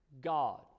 God